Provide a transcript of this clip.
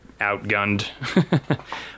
outgunned